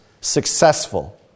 successful